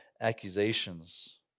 accusations